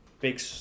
big